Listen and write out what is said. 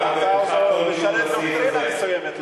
אבל אתה עוזר לשמר דוקטרינה מסוימת,